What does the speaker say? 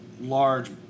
large